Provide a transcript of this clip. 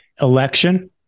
election